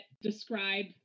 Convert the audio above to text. describe